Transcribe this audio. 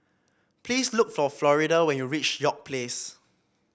please look for Florida when you reach York Place